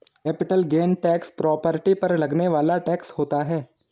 capital gain tax property पर लगने वाला टैक्स होता है